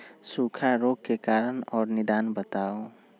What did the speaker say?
सूखा रोग के कारण और निदान बताऊ?